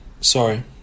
Sorry